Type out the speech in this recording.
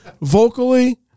vocally